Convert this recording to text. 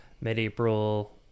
Mid-April